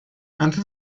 antes